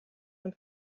them